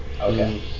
Okay